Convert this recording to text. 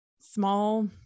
small